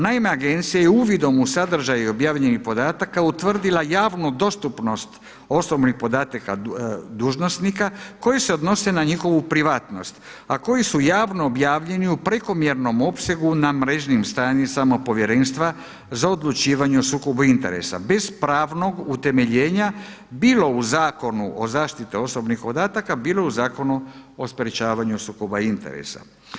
Naime, agencija je uvidom u sadržaje objavljenih podataka utvrdila javnu dostupnost osobnih podataka dužnosnika koji se odnose na njihovu privatnost, a koji su javno objavljeni u prekomjernom opsegu na mrežnim stranicama povjerenstva za odlučivanje o sukobu interesa bez pravnog utemeljena bilo u Zakonu o zaštiti osobnih podataka bilo o Zakonu o sprečavanju sukoba interesa.